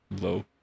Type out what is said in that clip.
low